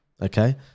okay